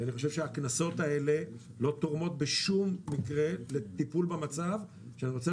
ואני חושב שהקנסות האלה לא תורמים בשום מקרה לטיפול במצב שאני רוצה